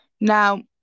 Now